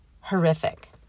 horrific